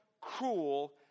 cruel